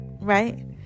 right